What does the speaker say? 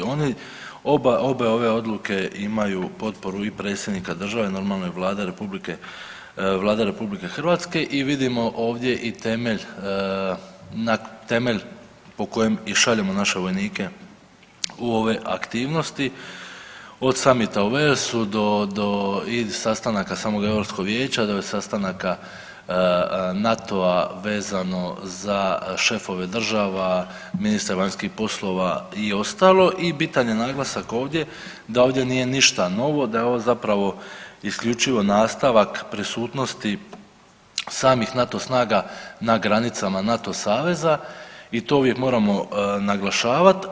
Obe ove odluke imaju potporu i predsjednika države, normalno i Vlade RH i vidimo ovdje i temelj, temelj po kojem i šaljemo naše vojnike u ove aktivnosti od summita u Walesu do sastanaka samog Europskog vijeća do sastanaka NATO-a vezano za šefove država, ministara vanjskih poslova i ostalo i bitan je naglasak ovdje da ovdje nije ništa novo, da je ovo zapravo isključivo nastavak prisutnosti samih NATO snaga na granicama NATO saveza i to uvijek moramo naglašavat.